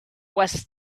was